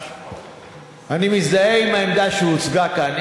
אני מזדהה עם העמדה שהוצגה כאן.